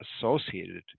associated